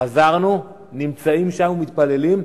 חזרנו, נמצאים שם ומתפללים,